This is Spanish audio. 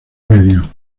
medio